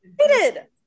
excited